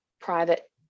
private